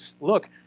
look